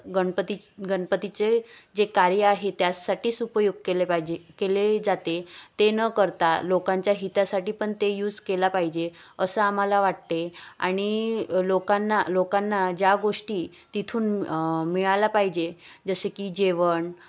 गणपतीच गणपतीचे जे कार्य आहे त्यासाठीच उपयोग केले पाहिजे केले जाते ते न करता लोकांच्या हितासाठी पण ते यूज केला पाहिजे असं आम्हाला वाटते आणि लोकांना लोकांना ज्या गोष्टी तिथून मिळायला पाहिजे जसे की जेवण